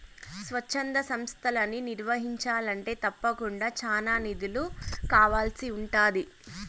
స్వచ్ఛంద సంస్తలని నిర్వహించాలంటే తప్పకుండా చానా నిధులు కావాల్సి ఉంటాది